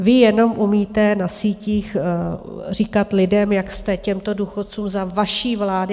Vy jenom umíte na sítích říkat lidem, jak jste těmto důchodcům za vaší vlády...